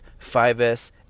5S